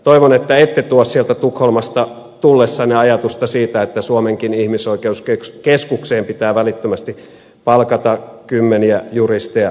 toivon että ette tuo sieltä tukholmasta tullessanne ajatusta siitä että suomenkin ihmisoikeuskeskukseen pitää välittömästi palkata kymmeniä juristeja lisää